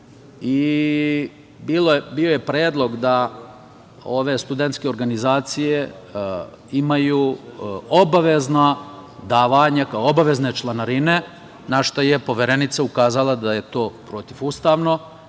Bio je predlog da ove studentske organizacije imaju obavezna davanja kao obavezne članarine, na šta je Poverenica ukazala da je to protivustavno